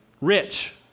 rich